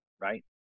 Right